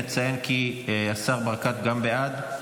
נציין כי גם השר ברקת בעד.